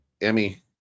Emmy